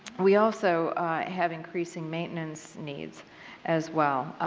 we also have increasing maintenance needs as well.